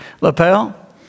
lapel